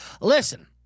listen